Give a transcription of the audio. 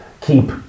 keep